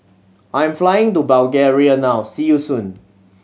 I am flying to Bulgaria now see you soon